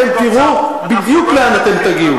אתם תראו בדיוק לאן אתם תגיעו.